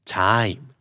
time